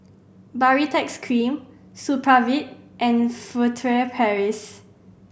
Baritex Cream Supravit and Furtere Paris